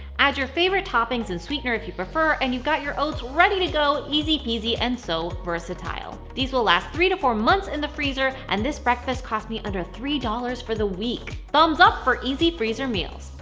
add your favorite toppings and sweetener if you prefer, and you've got your oats ready to go, easy-peasy and so versatile! these will last three four months in the freezer and this breakfast cost me under three dollars for the week! thumbs up for easy freezer meals!